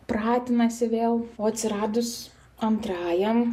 pratinasi vėl o atsiradus antrajam